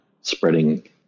spreading